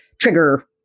trigger